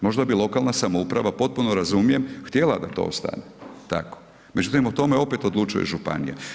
Možda bi lokalna samouprava, potpuno razumijem htjela da to ostane tako, međutim o tome opet odlučuje županija.